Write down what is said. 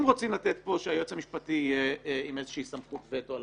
אם רוצים שליועץ המשפטי תהיה איזושהי סמכות וטו,